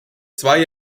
zwei